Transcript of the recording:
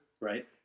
Right